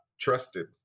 trusted